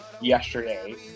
yesterday